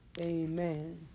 Amen